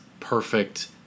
perfect